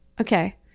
Okay